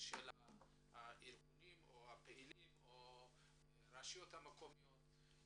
שלהם או של הפעילים או של הרשויות המקומיות.